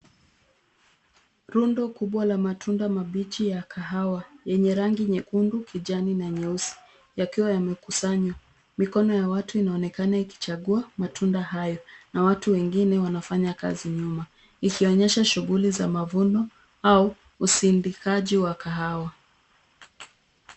Rundo kubwa la matunda mabichi ya kahawa yenye rangi kijani, nyekundu na nyeusi yakiwa yamekusanywa. Mikono ya watu inaonekana ikichagua matunda hayo na watu wengine wanafanya kazi nyuma ikionyesha shughuli za mavuno au usindikaji wa kahawa.